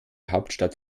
hauptstadt